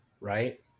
right